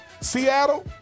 Seattle